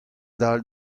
dal